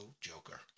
Joker